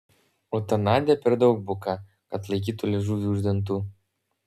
o ta nadia per daug buka kad laikytų liežuvį už dantų